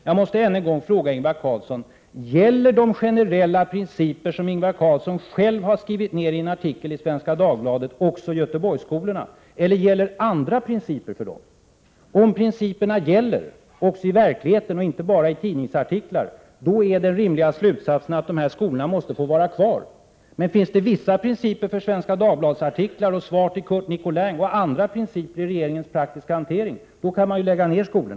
Jag måste än en gång fråga Ingvar Carlsson: Gäller de generella principer som Ingvar Carlsson själv har skrivit ned i en artikel i Svenska Dagbladet även Göteborgsskolorna, eller gäller andra principer för dem? Om principerna gäller också i verkligheten och inte bara i tidningsartiklar, då är den rimliga slutsatsen att dessa skolor måste få vara kvar. Men finns det vissa principer för artiklar i Svenska Dagbladet och svar till Curt Nicolin samt andra principer som gäller i regeringens praktiska hantering, då kan vi ju lägga ned dessa skolor.